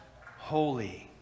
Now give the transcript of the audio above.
holy